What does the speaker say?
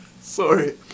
Sorry